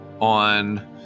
on